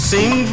Sing